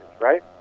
right